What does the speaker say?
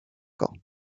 ans